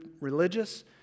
religious